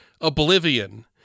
Oblivion